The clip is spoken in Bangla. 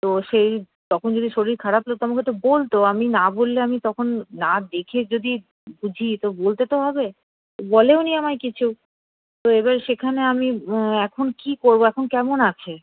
তো সেই তখন যদি শরীর খারাপ আমাকে তো বলতো আমি না বললে আমি তখন না দেখে যদি বুঝি তো বলতে তো হবে বলেওনি আমায় কিছু তো এবার সেখানে আমি এখন কী করবো এখন কেমন আছে